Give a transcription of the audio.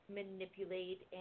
manipulate